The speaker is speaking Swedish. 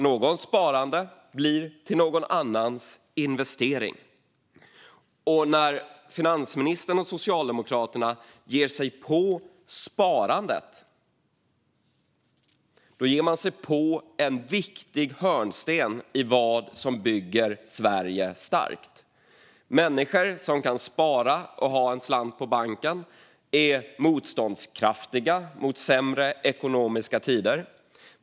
Någons sparande blir till någon annans investering. När finansministern och Socialdemokraterna ger sig på sparandet ger man sig på en viktig hörnsten i vad som bygger Sverige starkt. Människor som kan spara och ha en slant på banken är motståndskraftiga mot sämre ekonomiska tider.